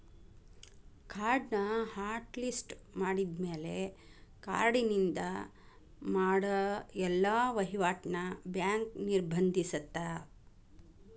ಕಾರ್ಡ್ನ hot list ಮಾಡಿದ್ಮ್ಯಾಲೆ ಕಾರ್ಡಿನಿಂದ ಮಾಡ ಎಲ್ಲಾ ವಹಿವಾಟ್ನ ಬ್ಯಾಂಕ್ ನಿರ್ಬಂಧಿಸತ್ತ